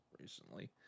recently